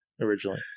originally